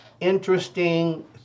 interesting